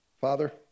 Father